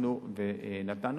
הוספנו ונתנו.